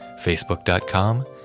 Facebook.com